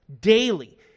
Daily